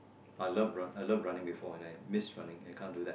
I love run I love running before and I missed running and I can't do that